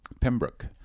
Pembroke